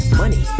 money